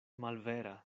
malvera